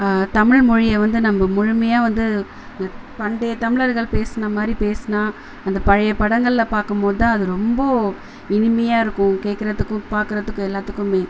தமிழ்மொழியை வந்து நம்ம முழுமையாக வந்து பண்டையத்தமிழர்கள் பேசுன மாதிரி பேசுனால் அந்த பழைய படங்கள்ல பார்க்கும்போது தான் அது ரொம்ப இனிமையாக இருக்கும் கேட்குறத்துக்கு பார்க்குறத்துக்கு எல்லாத்துக்குமே